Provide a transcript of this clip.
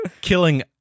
killing